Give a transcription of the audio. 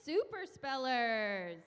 super speller